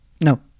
No